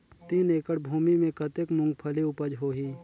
तीन एकड़ भूमि मे कतेक मुंगफली उपज होही?